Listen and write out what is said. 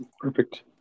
Perfect